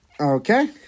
Okay